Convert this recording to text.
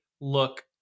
look